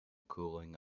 cooling